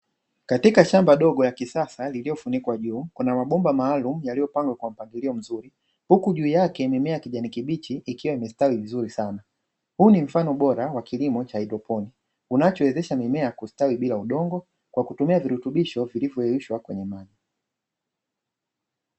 Katika shamba dogo la kisasa lililofunikwa juu, kuna mabomba maalumu yaliyopangwa kwa mpangilio mzuri huku juu yake mimea ya kijani kibichi ikiwa imestawi vizuri sana. Huu ni mfano bora wa kilimo cha hydroponi, unachowezesha mimea kustawi bila udongo kwa kutumia virutubisho vilivyoyeyushwa kwenye maji.